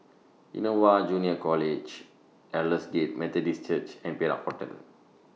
Innova Junior College Aldersgate Methodist Church and Perak Hotel